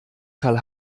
karl